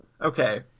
Okay